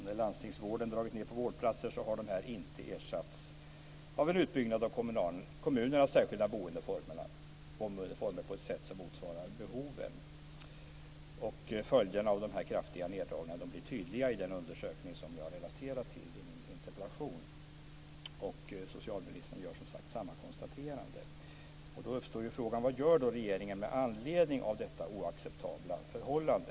När landstingsvården har dragit ned på vårdplatser har de inte ersatts av någon utbyggnad av kommunernas särskilda boendeformer på ett sätt som motsvarar behoven. Följden av de kraftiga neddragningarna blir tydliga i den undersökning som jag relaterar till i min interpellation. Socialministern gör, som sagt, samma konstaterande. Då uppstår frågan vad regeringen gör med anledning av detta oacceptabla förhållande.